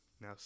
Now